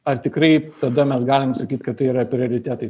ar tikrai tada mes galim sakyt kad tai yra prioritetai